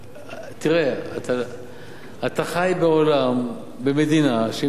תראה, אתה חי בעולם, במדינה, שהיא מדינת חוק,